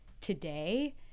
today